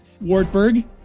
Wartburg